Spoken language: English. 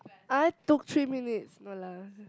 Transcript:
I took three minutes no lah